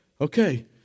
Okay